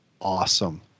Awesome